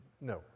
No